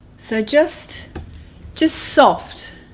so just just soft